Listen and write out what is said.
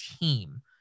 team